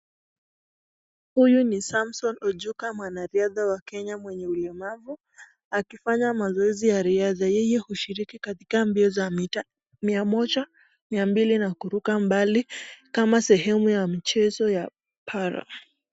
Huyu ni Samson Ojuka mwana riadha wa Kenya mwenye ulemavu , akifanya mazoezi ya riadha yeye ushiriki katika mbio za mita mia moja , mia mbili na kuruka mbali kama sehemu ya mchezo ya para.